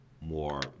more